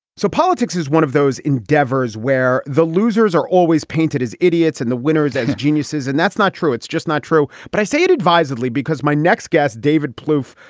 so politics is one of those endeavors where the losers are always painted as idiots and the winners as geniuses, and that's not true. it's just not true. but i say it advisedly because my next guest, david plouffe,